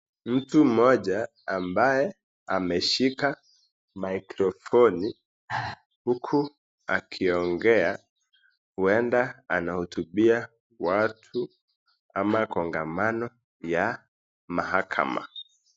Mtu mmoja ambaye ameshika mikrofoni huku akiongea huenda anahutubia watu ama kongamano ya mahakama.